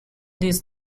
these